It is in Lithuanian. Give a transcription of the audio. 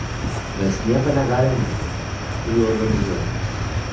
mes nieko negalime priorganizuoti